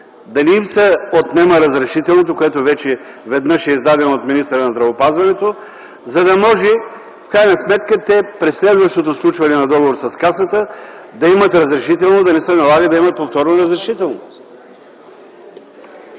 да не им се отнема разрешителното, което веднъж вече е издадено от министъра на здравеопазването, за да може в крайна сметка те при следващото сключване на договор с Касата да имат разрешително и да не се налага да има повторно разрешително.